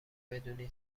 بدونی